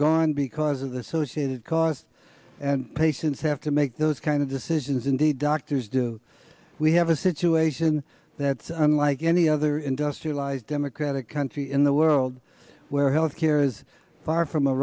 foregone because of the social cost and patients have to make those kind of decisions indeed doctors do we have a situation that's unlike any other industrialized democratic country in the world where health care is far from a